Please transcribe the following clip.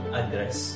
address